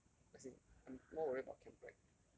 never as in I'm more worried about chem prac